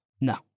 No